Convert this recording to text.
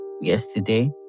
yesterday